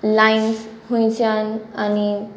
line खुंयसावन आनी